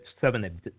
seven